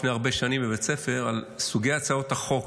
לפני הרבה שנים בבית הספר על סוגי הצעות החוק,